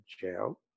jail